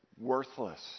Worthless